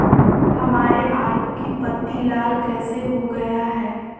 हमारे आलू की पत्ती लाल कैसे हो गया है?